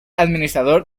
administrador